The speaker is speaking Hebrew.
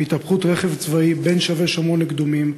בהתהפכות רכב צבאי בין שבי-שומרון לקדומים,